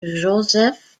joseph